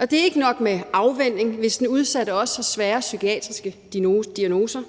og det er ikke nok med afvænning, hvis den udsatte også har svære psykiatriske diagnoser.